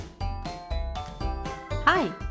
Hi